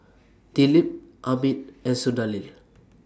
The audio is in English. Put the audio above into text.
Dilip Amit and Sunderlal